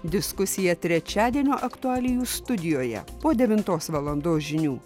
diskusija trečiadienio aktualijų studijoje po devintos valandos žinių